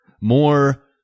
more